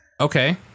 Okay